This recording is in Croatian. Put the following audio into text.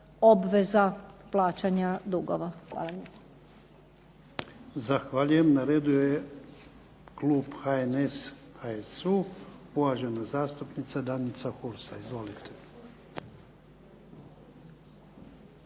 obveza plaćanja dugova. Hvala. **Jarnjak, Ivan (HDZ)** Zahvaljujem. Na redu je klub HNS, HSU, uvažena zastupnica Danica Hursa. Izvolite.